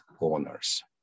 owners